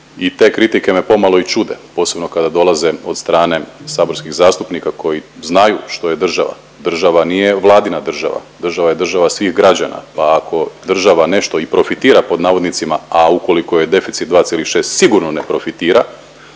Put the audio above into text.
i te kritike me pomalo i čude posebno kada dolaze od strane saborskih zastupnika koji znaju što je država. Država nije vladina država. Država je država svih građana, pa ako država nešto i profitira pod navodnicima, a ukoliko je deficit 2,6 sigurno ne profitira,